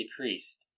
decreased